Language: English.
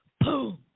Boom